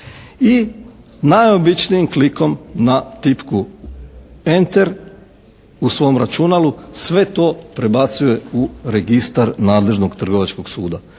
i najobičnijim klikom na tipku enter u svom računalu sve to prebacuje u registar nadležnog trgovačkog suda.